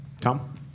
Tom